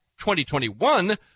2021